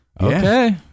Okay